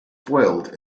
foiled